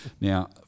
Now